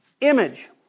image